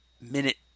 minute